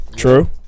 True